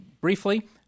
briefly